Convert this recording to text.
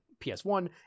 ps1